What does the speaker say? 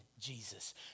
Jesus